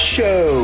Show